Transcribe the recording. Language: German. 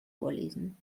vorlesen